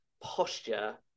posture